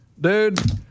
dude